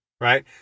Right